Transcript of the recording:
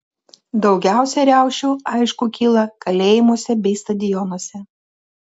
daugiausiai riaušių aišku kyla kalėjimuose bei stadionuose